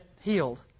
healed